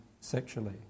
sexually